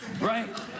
right